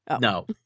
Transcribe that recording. no